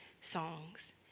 songs